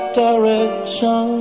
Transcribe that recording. direction